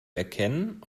erkennen